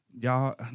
y'all